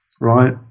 right